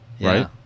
Right